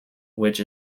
which